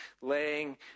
laying